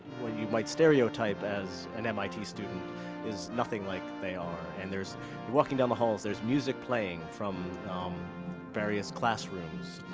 what you might stereotype as an mit student is nothing like they are. and there's walking down the halls, there's music playing from um various classrooms.